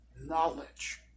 knowledge